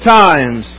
times